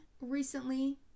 recently